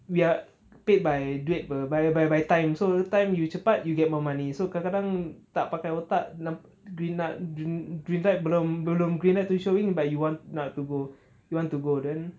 we are paid by duit apa by by by time so the time you cepat you get more money so kadang-kadang tak pakai otak nampak tu green lig~ green light belum green light tu showing but you want nak to go you want to go